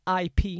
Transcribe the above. IP